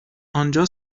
آنجا